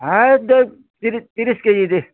ହେ ଦେ ତିରିଶ୍ ତିରିଶ୍ କେଜି ଦେ